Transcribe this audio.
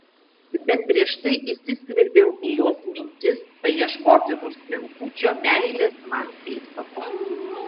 bet prieš tai įsiskverbiau į jos mintis paieškoti nors menkučio meilės man pėdsako